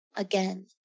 Again